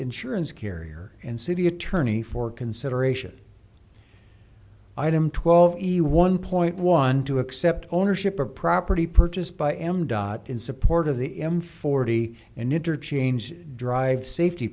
insurance carrier and city attorney for consideration item twelve one point one two accept ownership of property purchased by m dot in support of the m forty an interchange drive safety